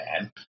Man